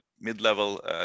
mid-level